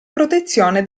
protezione